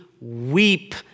weep